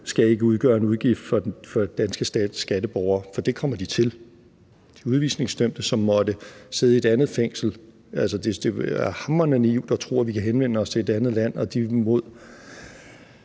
skal udgøre en udgift for danske skatteborgere, for det kommer de til – de udvisningsdømte, som måtte sidde i et andet fængsel. Det ville være hamrende naivt at tro, at vi kan henvende os til et andet land, og at de mod